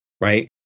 right